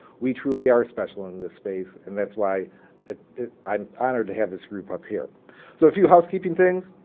we truly are special and in this space, and that's why i'm honored to have this group up here so a few housekeeping things.